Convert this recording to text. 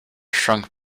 shrunk